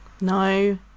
no